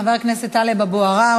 חבר הכנסת טלב אבו עראר,